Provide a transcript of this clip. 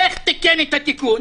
איך תיקן את התיקון?